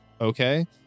okay